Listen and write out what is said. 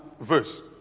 verse